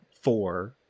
four